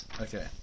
Okay